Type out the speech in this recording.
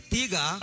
Tiga